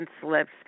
slips